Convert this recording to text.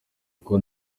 kuko